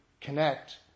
connect